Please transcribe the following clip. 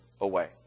away